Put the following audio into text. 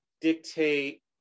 dictate